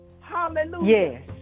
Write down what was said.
hallelujah